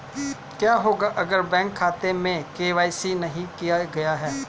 क्या होगा अगर बैंक खाते में के.वाई.सी नहीं किया गया है?